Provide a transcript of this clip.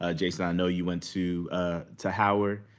ah jason, i know you went to ah to howard.